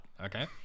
Okay